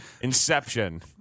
Inception